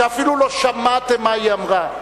שאפילו לא שמעתם מה היא אמרה.